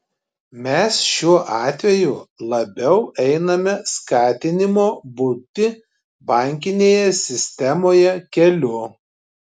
mes šiuo atveju labiau einame skatinimo būti bankinėje sistemoje keliu